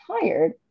tired